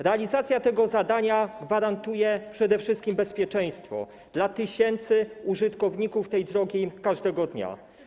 Realizacja tego zadania gwarantuje przede wszystkim bezpieczeństwo tysiącom użytkowników tej drogi każdego dnia.